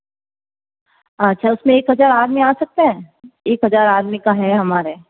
अच्छा उसमें एक हज़ार आदमी आ सकता है एक हज़ार आदमी का है हमारे